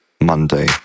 Monday